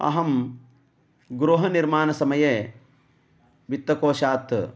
अहं गृहनिर्माणसमये वित्तकोशात्